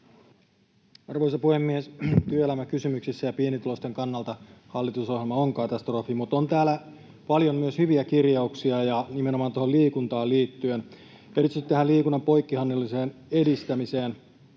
Arvoisa puhemies! Työelämäkysymyksissä ja pienituloisten kannalta hallitusohjelma on katastrofi, mutta on täällä paljon myös hyviä kirjauksia ja nimenomaan tuohon liikuntaan liittyen. Erityisesti liikunnan poikkihallinnolliseen edistämiseen